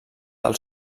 del